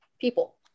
people